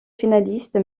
finaliste